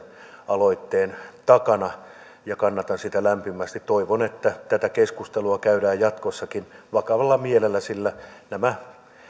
aloitteen takana ja kannatan sitä lämpimästi toivon että tätä keskustelua käydään jatkossakin vakavalla mielellä sillä nämä